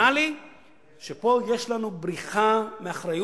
נראה לי שפה יש לנו בריחה מאחריות,